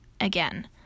again